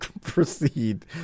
Proceed